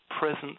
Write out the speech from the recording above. presence